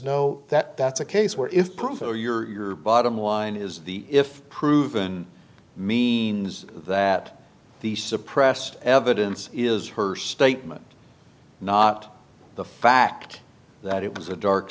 no that that's a case where if proof or your bottom line is the if proven means that the suppressed evidence is her statement not the fact that it was a dark